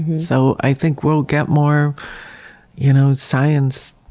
and so i think we'll get more you know science